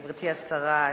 גברתי השרה,